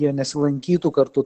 jie nesilankytų kartu